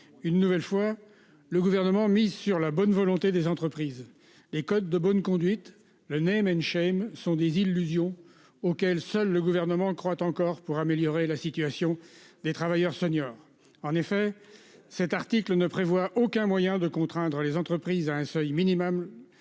Une nouvelle fois le gouvernement mise sur la bonne volonté des entreprises les codes de bonne conduite. Le nez mais chaîne sont désillusion auquel seul le gouvernement croate encore pour améliorer la situation des travailleurs seniors. En effet, cet article ne prévoit aucun moyen de contraindre les entreprises à un seuil minimum.